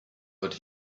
but